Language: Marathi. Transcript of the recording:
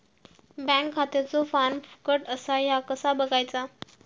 बँक खात्याचो फार्म फुकट असा ह्या कसा बगायचा?